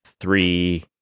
three